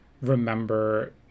remember